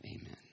Amen